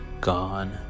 gone